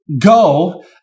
Go